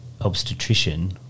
obstetrician